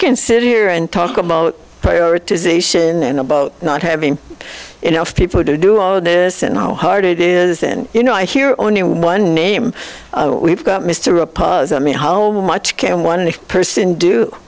can sit here and talk about prioritization and about not having enough people to do all of this and how hard it is and you know i hear only one name we've got mr a pause i mean ho much can one person do